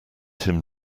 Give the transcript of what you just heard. him